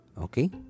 Okay